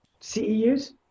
CEUs